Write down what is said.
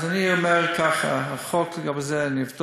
אז אני אומר ככה: החוק, גם את זה נבדוק.